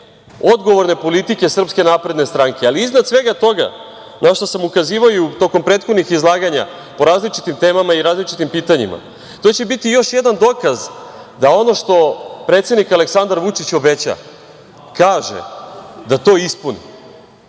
odgovorne politike SNS. Ali iznad svega toga, na šta sam ukazivao i tokom prethodnih izlaganja po različitim temama i različitim pitanjima, to će biti još jedan dokaz da ono što predsednik Aleksandar Vučić obeća, kaže, da to i